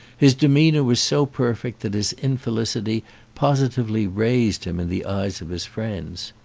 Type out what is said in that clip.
his demeanour was so perfect that his infelicity positively raised him in the eyes of his friends.